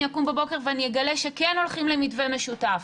אקום בבוקר ואני אגלה שכן הולכים למתווה משותף.